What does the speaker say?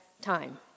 time